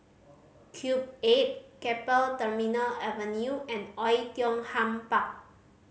Cube Eight Keppel Terminal Avenue and Oei Tiong Ham Park